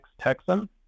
Texan